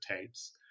tapes